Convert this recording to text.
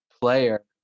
player